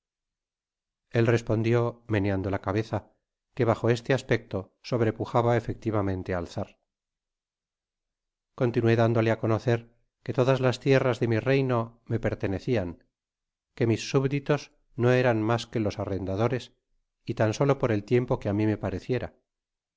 el respondió meneando la cabeza que bajo este aspecto sobrepujaba efectivamente al czar om inué dándole á conocer que todas las tierras de mi reído me pertenecían que mis subditos no eran mas que los arrendadores y tatt solo por el tiempo qué á mí me pareciera